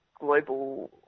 global